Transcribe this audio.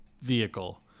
vehicle